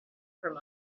from